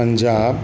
Punjab